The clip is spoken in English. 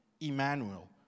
Emmanuel